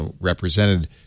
represented